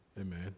Amen